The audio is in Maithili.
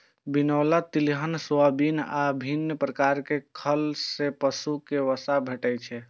बिनौला, तिलहन, सोयाबिन आ विभिन्न प्रकार खल सं पशु कें वसा भेटै छै